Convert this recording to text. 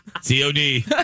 COD